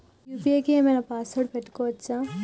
UPI కి ఏం ఐనా పాస్వర్డ్ పెట్టుకోవచ్చా?